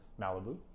Malibu